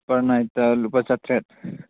per ꯅꯥꯏꯠꯇ ꯂꯨꯄꯥ ꯆꯥꯇ꯭ꯔꯦꯠ